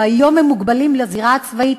והיום מוגבלים לזירה הצבאית,